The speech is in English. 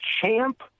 Champ